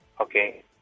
Okay